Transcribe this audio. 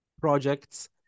projects